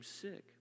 sick